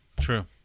True